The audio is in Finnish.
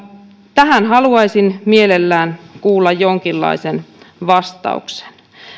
tähän haluaisin mielelläni kuulla jonkinlaisen vastauksen